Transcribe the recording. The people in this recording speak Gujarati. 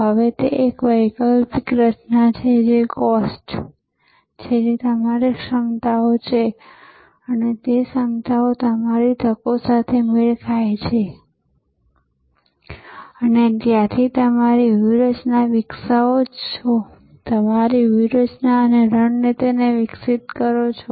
હવે એક વૈકલ્પિક રચના છે જે COST છે જે તમારી ક્ષમતાઓ છે અને તે ક્ષમતાઓને તમારી તકો સાથે મેળ ખાય છે અને ત્યાંથી તમે તમારી વ્યૂહરચના વિકસાવો છો તમારી વ્યૂહરચના અને રણનીતિને વિકસિત કરો છો